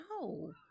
no